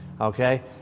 okay